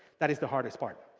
that is the hardest part.